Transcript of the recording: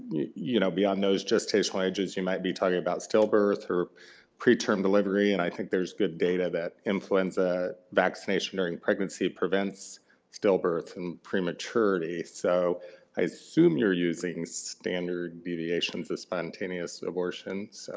you know beyond those gestational ages you might be talking about still birth or pre-term delivery, and i think there's good data that influenza vaccination during pregnancy prevents still births and pre-maturity. so i assume you're using standard deviations of spontaneous abortion? so